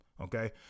okay